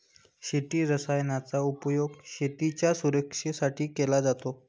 शेती रसायनांचा उपयोग शेतीच्या सुरक्षेसाठी केला जातो